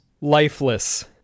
Lifeless